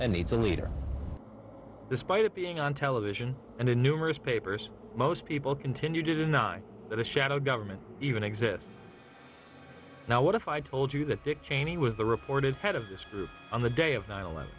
and needs a leader despite it being on television and in numerous papers most people continue to deny that a shadow government even exists now what if i told you that dick cheney was the reported head of this group on the day of nine eleven